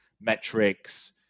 metrics